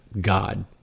God